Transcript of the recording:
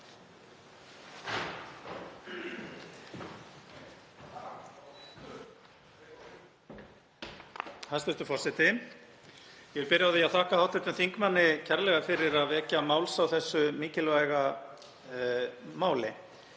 Hæstv. forseti. Ég vil byrja á því að þakka hv. þingmanni kærlega fyrir að vekja máls á þessu mikilvæga máli.